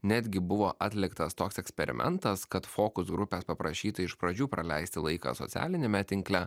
netgi buvo atliktas toks eksperimentas kad fokus grupės paprašyta iš pradžių praleisti laiką socialiniame tinkle